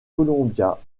columbia